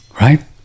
right